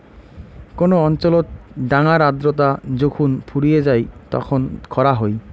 কোন অঞ্চলত ডাঙার আর্দ্রতা যখুন ফুরিয়ে যাই তখন খরা হই